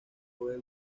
puede